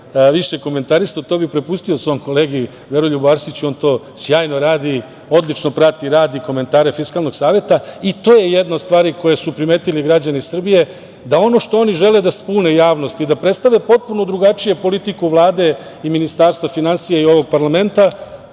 više komentarisao, to bi prepustio svom kolegi Veroljubu Arsiću. On to sjajno radi, odlično prati rad i komentare Fiskalnog saveta. I to je jedna od stvari koju su primetili građani Srbije, da ono što oni žele zbune javnost i da predstave potpuno drugačiju politiku Vlade i Ministarstva finansija i ovog parlamenta,